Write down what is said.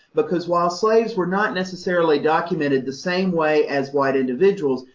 because while slaves were not necessarily documented the same way as white individuals,